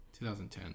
2010